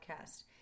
podcast